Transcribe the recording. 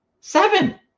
seven